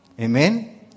Amen